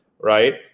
right